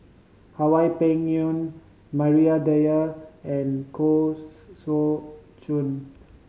Hwa Peng Yun Maria Dyer and Koh Saw Chun